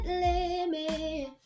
limit